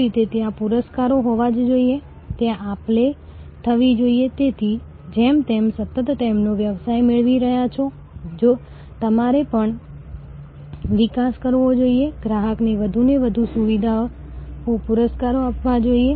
પરંતુ હવે તમે સંદર્ભોમાંથી પણ નફો મેળવવાનું શરૂ કરો છો ગ્રાહક તમારો વકીલ બને છે તેથી સંદર્ભ આવકના સ્ત્રોતો છે